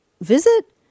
visit